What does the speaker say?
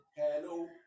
Hello